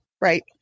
Right